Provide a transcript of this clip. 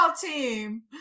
team